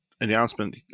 announcement